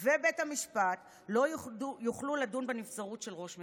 ובית המשפט לא יוכלו לדון בנבצרות של ראש ממשלה.